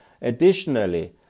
additionally